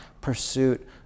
pursuit